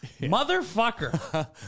motherfucker